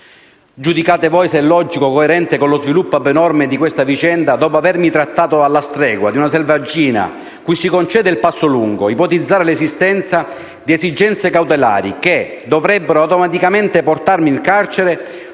Giudicate voi se sia logico e coerente con lo sviluppo abnorme di questa vicenda, dopo avermi trattato alla stregua di una selvaggina cui si concede il passo lungo, ipotizzare l'esistenza di esigenze cautelari che dovrebbero automaticamente portarmi in carcere,